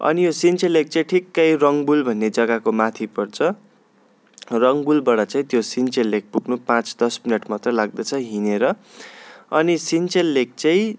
अनि यो सिन्चेल लेक चाहिँ ठिक्कै रङबुल भन्ने जग्गाको माथि पर्छ रङबुलबाट चाहिँ त्यो सिन्चेल लेक पुग्नु पाँच दस मिनेट मात्रै लाग्दछ हिँडेर अनि सिन्चेल लेक चाहिँ